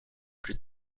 plus